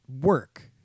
work